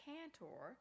Cantor